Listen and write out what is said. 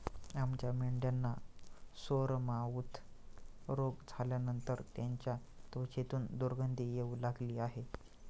आमच्या मेंढ्यांना सोरमाउथ रोग झाल्यानंतर त्यांच्या त्वचेतून दुर्गंधी येऊ लागली आहे